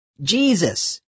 Jesus